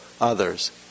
others